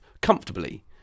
comfortably